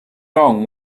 wrong